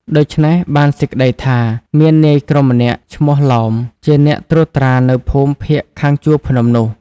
ដូច្នេះ បានសេចក្ដីថា មាននាយក្រុមម្នាក់ឈ្មោះឡោម ជាអ្នកត្រួតត្រានៅភូមិភាគខាងជួរភ្នំនោះ។